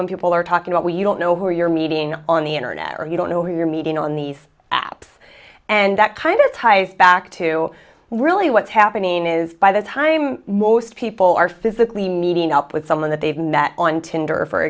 when people are talking about we you don't know where you're meeting on the internet or you don't know who you're meeting on these apps and that kind of ties back to really what's happening is by the time most people are physically meeting up with someone that they've met on tinder for